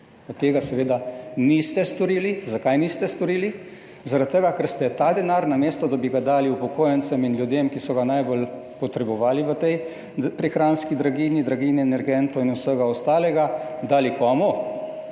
Pa tega seveda niste storili. Zakaj niste storili? Zaradi tega ker ste ta denar, namesto da bi ga dali upokojencem in ljudem, ki so ga najbolj potrebovali v tej prehranski draginji, draginji energentov in vsega ostalega, dali – komu?